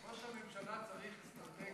ראש הממשלה צריך אסטרטגים?